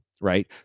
right